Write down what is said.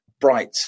bright